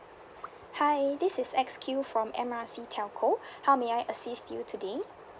hi this is X Q from M R C telco how may I assist you today